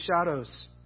shadows